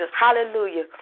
hallelujah